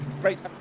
great